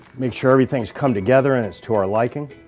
make sure everything's come together and is to our liking.